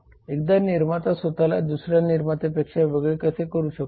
एकदा निर्माता स्वतःला दुसऱ्या निर्मात्यापेक्षा वेगळे कसे करू शकतो